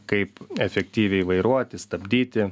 kaip efektyviai vairuoti stabdyti